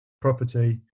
property